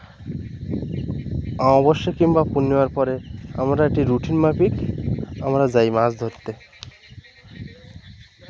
অমাবস্যা কিংবা পূর্ণিমার পরে আমরা এটি রুটিন মাফিক আমরা যাই মাছ ধরতে